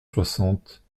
soixante